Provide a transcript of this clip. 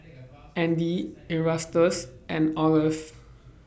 Andy Erastus and Olive